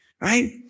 right